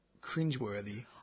cringeworthy